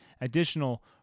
additional